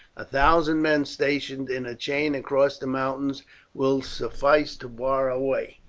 a thousand men stationed in a chain across the mountains will suffice to bar our way,